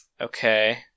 Okay